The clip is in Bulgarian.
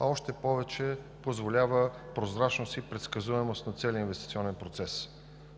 а още повече позволява прозрачност и предсказуемост на целия инвестиционен процес.